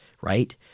right